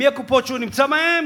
מהקופות שהוא נמצא בהן